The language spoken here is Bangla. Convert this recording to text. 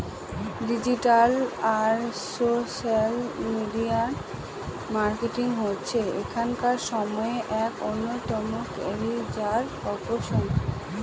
ডিজিটাল আর সোশ্যাল মিডিয়া মার্কেটিং হচ্ছে এখনকার সময়ে এক অন্যতম ক্যারিয়ার অপসন